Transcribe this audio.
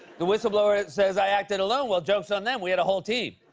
the whistleblower says i acted alone. well, joke's on them. we had a whole team.